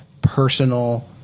personal